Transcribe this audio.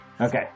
Okay